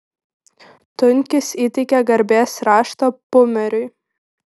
tunkis įteikė garbės raštą pumeriui